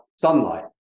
sunlight